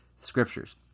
scriptures